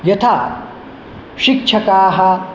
यथा शिक्षकाः